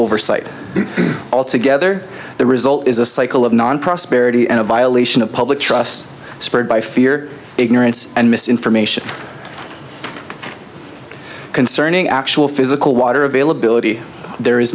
oversight altogether the result is a cycle of non prosperity and a violation of public trust spurred by fear ignorance and misinformation concerning actual physical water availability there is